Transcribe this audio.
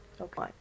okay